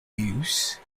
use